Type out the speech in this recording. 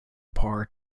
parr